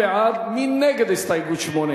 1 לא נתקבלה.